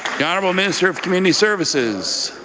honourable member of community services.